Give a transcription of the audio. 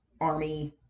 army